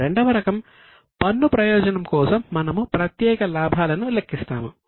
రెండవ రకం పన్ను ప్రయోజనం కోసం మనము ప్రత్యేక లాభాలను లెక్కిస్తాము